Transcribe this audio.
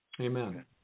Amen